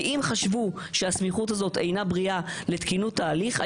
אם חשבו שהסמיכות הזאת אינה בריאה לתקינות ההליך,